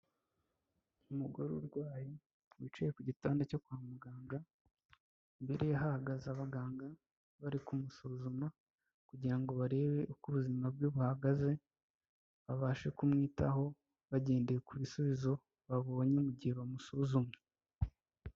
Umugore urwaye wicaye ku gitanda cyo kwa muganga imbere ye hahagaze abaganga bari kumusuzuma, kugira ngo barebe uko ubuzima bwe buhagaze babashe kumwitaho bagendeye ku bisubizo babonye mu gihe bamusuzumye.